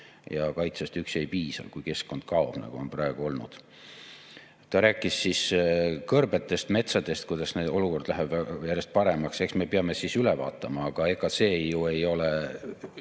Ja kaitsest üksi ei piisa, kui keskkond kaob, nagu on praegu olnud. Ta rääkis kõrbetest, metsadest, kuidas olukord läheb järjest paremaks. Eks me peame siis üle vaatama. Aga ega see ei ole